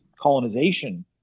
colonization